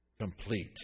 complete